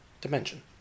dimension